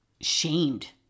shamed